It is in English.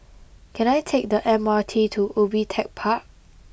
can I take the M R T to Ubi Tech Park